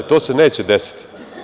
To se neće desiti.